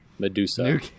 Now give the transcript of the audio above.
Medusa